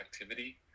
activity